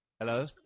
Hello